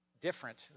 different